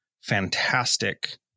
fantastic